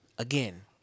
Again